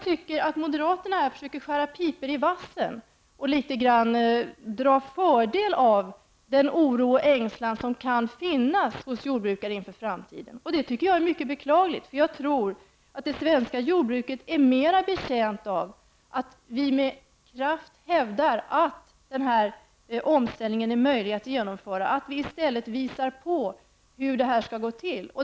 Moderaterna försöker här skära pipor i vassen och drar litet grand fördel av den oro och ängslan inför framtiden som kan finnas hos jordbrukare. Det är mycket beklagligt, eftersom jag tror att det svenska jordbruket är mer betjänt av att vi med kraft hävdar att omställningen är möjlig att genomföra. Vi bör i stället visa på hur detta skall gå till.